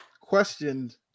questioned